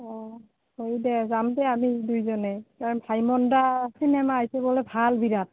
অঁ সেই দে যাম দে আমি দুইজনেই কাৰণ ভাইমন দা চিনেমা আহিছে বোলে ভাল বিৰাট